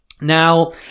Now